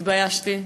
התביישתי,